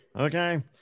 Okay